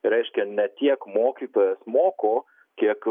reiškia ne tiek mokytojas moko kiek